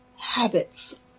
habits